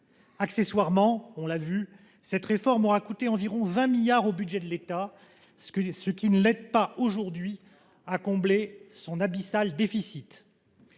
Accessoirement, on l'a vu, cette réforme aura coûté environ 20 milliards au budget de l'État, ce qui ne l'aide pas aujourd'hui à combler son abyssal déficit.